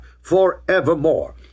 forevermore